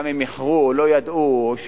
גם אם איחרו או לא ידעו או שטעו,